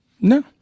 No